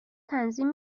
تنظیم